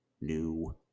new